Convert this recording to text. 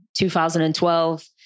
2012